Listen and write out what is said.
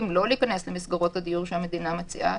לא להיכנס למסגרות הדיור שהמדינה מציעה,